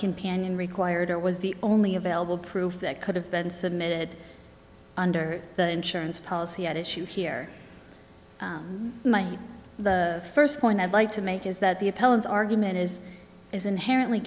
companion required or was the only available proof that could have been submitted under the insurance policy at issue here my first point i'd like to make is that the appellant argument is is inherently